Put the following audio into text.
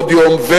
ועוד יום,